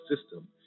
system